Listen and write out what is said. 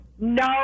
no